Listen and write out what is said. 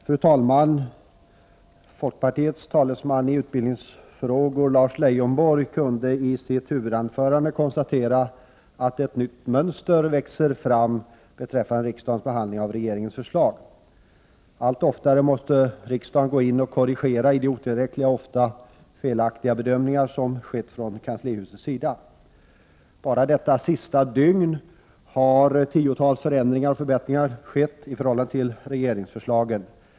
Fru talman! Folkpartiets talesman i utbildningsfrågor, Lars Leijonborg, kunde i sitt huvudanförande konstatera att ett nytt mönster växer fram beträffande riksdagens behandling av regeringens förslag. Allt oftare måste riksdagen gå in och korrigera i de otillräckliga och felaktiga bedömningar som har gjorts från kanslihusets sida. Bara detta sista dygn har tiotals förändringar och förbättringar gjorts i förhållande till regeringsförslagen.